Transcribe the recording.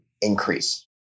increase